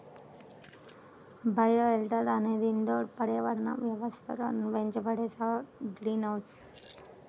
bioshelter అనేది indoor పర్యావరణ వ్యవస్థగా నిర్వహించబడే సౌర గ్రీన్ హౌస్